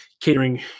catering